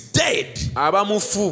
dead